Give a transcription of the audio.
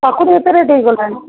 କାକୁଡି଼ ଏତେ ରେଟ୍ ହୋଇଗଲାଣି